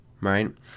right